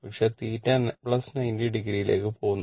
പക്ഷേ θ 90 o യിലേക്ക് പോകുന്നു